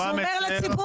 היא מוזמנת להגיע לכאן.